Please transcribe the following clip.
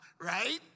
right